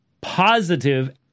positive